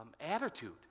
attitude